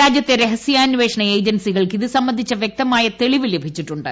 രാജ്യത്തെ രഹസ്യാന്വേഷണ ഏജൻസികൾക്ക് ഇത് സംബന്ധിച്ച വൃക്തമായ ലഭിച്ചിട്ടുണ്ട്